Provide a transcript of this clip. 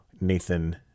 Nathan